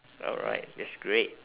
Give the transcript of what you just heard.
alright that's great